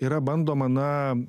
yra bandoma na